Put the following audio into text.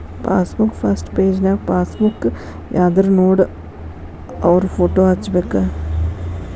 passbook first ಪೆಜನ್ಯಾಗ passbook ಯಾರ್ದನೋಡ ಅವ್ರ ಫೋಟೋ ಹಚ್ಬೇಕ್